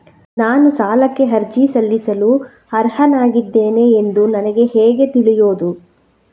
ನಾನು ಸಾಲಕ್ಕೆ ಅರ್ಜಿ ಸಲ್ಲಿಸಲು ಅರ್ಹನಾಗಿದ್ದೇನೆ ಎಂದು ನನಗೆ ಹೇಗೆ ತಿಳಿಯುದು?